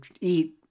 eat